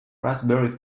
raspberry